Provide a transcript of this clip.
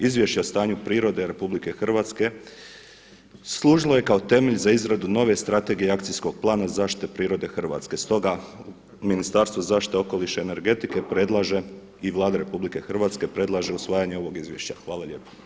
Izvješće o stanju prirode RH služilo je kao temelj za izradu nove strategije i akcijskog plana zaštite prirode Hrvatske, stoga Ministarstvo zaštite okoliša i energetike predlaže i Vlada RH predlaže usvajanje ovog izvješća.